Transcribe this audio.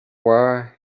were